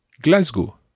Glasgow